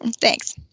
Thanks